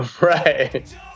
Right